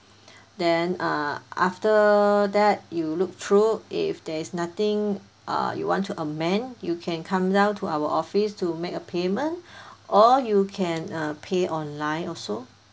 then uh after that you look through if there is nothing err you want to amend you can come down to our office to make a payment or you can uh pay online also